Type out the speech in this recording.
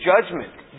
judgment